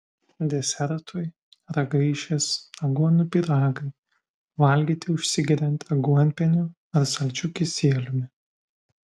desertui ragaišis aguonų pyragai valgyti užsigeriant aguonpieniu ar saldžiu kisieliumi